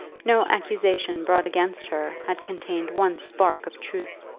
no accusation brought against her had contained one spark of truth.